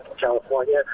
California